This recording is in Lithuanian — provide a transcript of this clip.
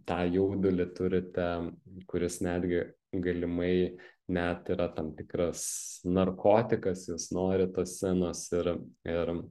tą jaudulį turite kuris netgi galimai net yra tam tikras narkotikas jūs norit tos scenos ir ir